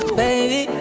baby